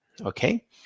Okay